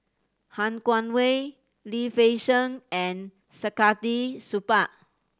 Han Guangwei Lim Fei Shen and Saktiandi Supaat